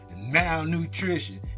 malnutrition